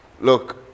look